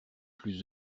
plus